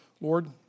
Lord